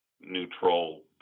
neutral